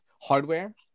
hardware